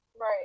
Right